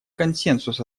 консенсус